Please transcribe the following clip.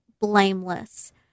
blameless